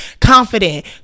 confident